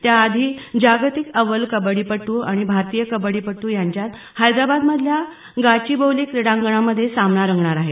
त्याआधी जागतिक अव्वल कबड्डी पट्ट आणि भारतीय कबड्डी पट्ट यांच्यात हैदराबाद मधल्या गाचीबौली क्रीडांगणामधे सामना रंगणार आहे